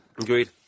agreed